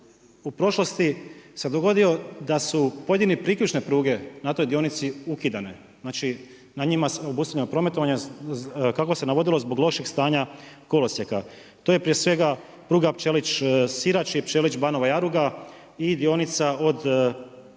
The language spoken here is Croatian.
u prošlosti se dogodio da su pojedine priključne pruge na toj dionici ukidane, znači na njima je osustavljeno prometovanje kako se navodilo zbog lošeg stanja kolosijeka, to je prije svega pruga Pčelić-Sirač i Pčelić-Banova Jaruga i dionica od Našice